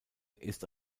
ist